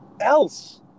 else